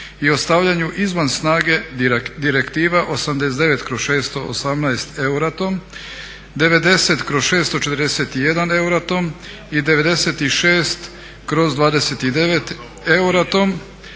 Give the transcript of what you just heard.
i ostavljanju izvan snage Direktive 89/618 Euratom, 90/641 Euratom i 96/29 Euratom,